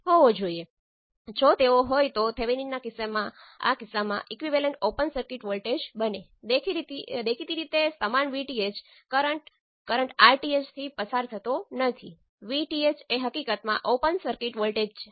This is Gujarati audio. અને Z12 એ પોર્ટ 2 થી પોર્ટ 1 સુધી ટ્રાન્સ રેઝિસ્ટન્સ છે જેમાં પોર્ટ 1 ઓપન સર્કિટ છે